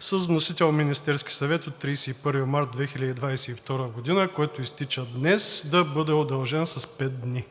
с вносител Министерският съвет от 31 март 2022 г., който изтича днес, да бъде удължен с пет дни.